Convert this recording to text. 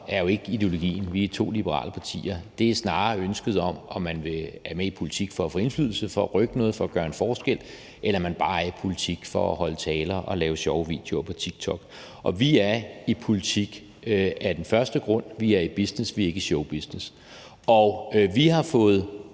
er jo ikke ideologien – vi er to liberale partier. Det er snarere ønsket om at være med i politik for få indflydelse, for at rykke noget, for at gøre en forskel frem for bare at være i politik for at holde taler og lave sjove videoer på TikTok. Vi er i politik af den første grund; vi er i business, vi er ikke i showbusiness. Vi har fået